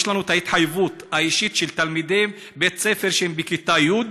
יש לנו המחויבות האישית של תלמידי בית-ספר הלומדים בכיתה י'.